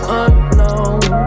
unknown